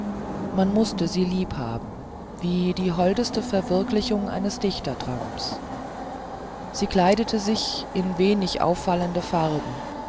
man mußte sie lieb haben wie die holdeste verwirklichung eines dichtertraums sie kleidete sich in wenig auffallende farben